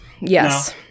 Yes